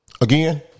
Again